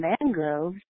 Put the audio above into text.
mangroves